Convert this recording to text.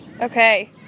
okay